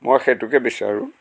মই সেইটোকে বিচাৰোঁ